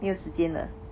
没有时间了